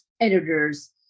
editors